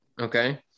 Okay